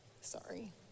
sorry